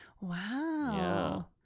Wow